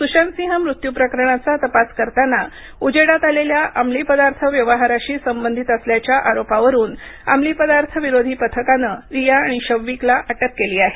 सुशांत सिंह मृत्यू प्रकरणाचा तपास करतांना उजेडात आलेल्या अंमलीपदार्थ व्यवहाराशी संबंध असल्याच्या आरोपावरून अंमलीपदार्थ विरोधी पथकानं रिया आणि शौविकला अटक केली आहे